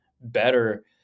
better